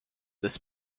this